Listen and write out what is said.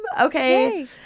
Okay